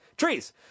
trees